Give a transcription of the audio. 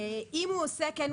אם הוא עושה כן,